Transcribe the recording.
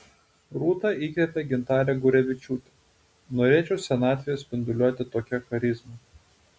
rūta įkvėpė gintarę gurevičiūtę norėčiau senatvėje spinduliuoti tokia charizma